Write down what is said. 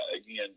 Again